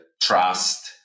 trust